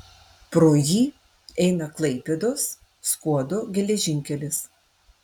pro jį eina klaipėdos skuodo geležinkelis